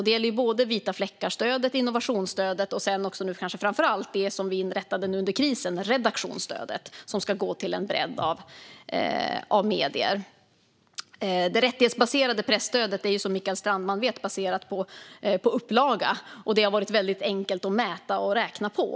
Det gäller både vita fläckar-stödet, innovationsstödet och nu också, kanske framför allt, det som vi inrättade under krisen - redaktionsstödet, som ska gå till en bredd av medier. Det rättighetsbaserade presstödet är, som Mikael Strandman vet, baserat på upplaga. Det har varit väldigt enkelt att mäta och räkna på.